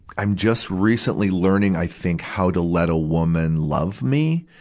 i'm just recently learning, i think, how to let a woman love me,